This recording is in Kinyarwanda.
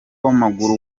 w’amaguru